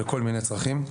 לכל מיני צרכים.